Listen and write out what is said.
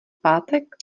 pátek